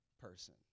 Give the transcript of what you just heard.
person